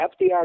FDR